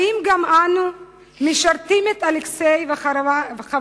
האם גם אנו משרתים כראוי את אלכסיי ואת חבריו?